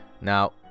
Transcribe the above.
Now